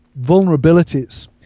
vulnerabilities